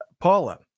Paula